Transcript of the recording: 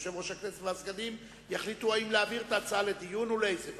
יושב-ראש הכנסת והסגנים יחליטו האם להעביר את ההצעה לדיון ולאיזה ועדה,